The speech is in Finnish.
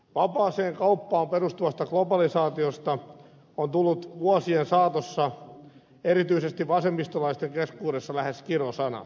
vapaaseen kauppaan perustuvasta globalisaatiosta on tullut vuosien saatossa erityisesti vasemmistolaisten keskuudessa lähes kirosana